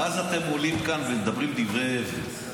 ואז אתם עולים לכאן ומדברים דברי הבל.